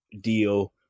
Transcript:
deal